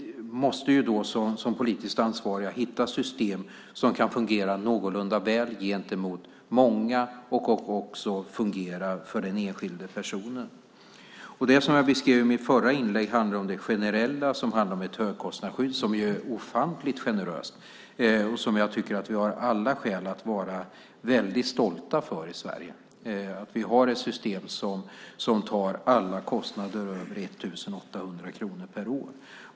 Som politiskt ansvariga måste vi hitta system som kan fungera någorlunda väl för många och också fungera för den enskilde personen. Det som jag beskrev i mitt förra inlägg handlar om det generella. Vi har ett högkostnadsskydd som är ofantligt generöst och som vi har alla skäl att vara stolta över i Sverige. Vi har ett system som tar alla kostnader över 1 800 kronor per år.